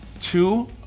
Two